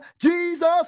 Jesus